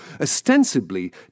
ostensibly